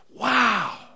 Wow